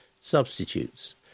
Substitutes